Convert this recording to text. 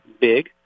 big